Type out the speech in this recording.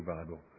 Bible